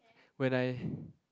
when I